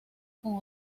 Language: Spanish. con